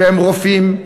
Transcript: שהם רופאים,